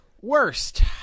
Worst